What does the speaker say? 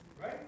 right